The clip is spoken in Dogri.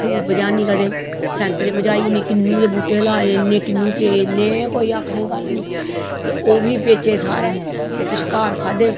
फ्रूट पजानी कदें सैंतरे पजाई ओड़नी किन्नु दे बूह्टे लाए दे इन्ने किन्नू पे इन्ने कोई आखने दी गल्ल नी ते ओह् बी बेचे सारै ते किश घर खादे